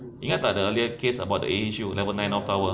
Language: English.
ingat tak the earlier case about the issue at level nine of tower